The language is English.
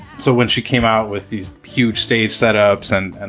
so when she came out with these huge stage set ups and, and